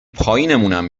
پایینمونم